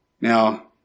Now